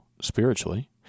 spiritually